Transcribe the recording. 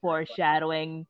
foreshadowing